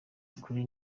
kure